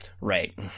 Right